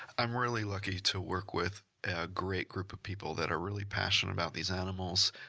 i'm really lucky to work with a great group of people that are really passionate about these animals,